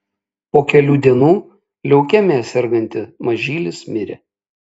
po kelių dienų leukemija serganti mažylis mirė